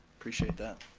appreciate that.